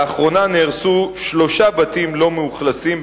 לאחרונה נהרסו שלושה בתים לא מאוכלסים,